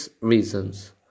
reasons